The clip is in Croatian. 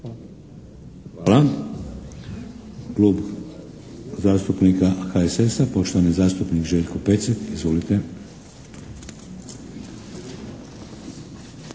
(HDZ)** Hvala. Klub zastupnika HSS-a, poštovani zastupnik Željko Pecek, izvolite.